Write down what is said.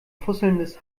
fusselndes